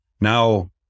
Now